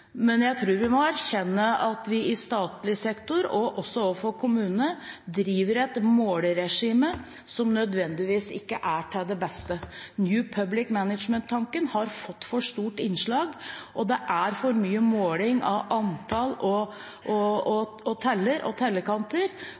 men jeg tror vi må erkjenne at vi i statlig sektor, og også overfor kommunene, driver et målregime som ikke nødvendigvis er til det beste. New Public Management-tanken har fått for stort innslag, og det er for mye tellekanter og måling av antall.